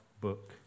book